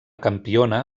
campiona